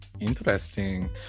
interesting